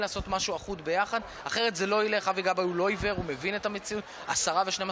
היום ז' בחשוון תשע"ט,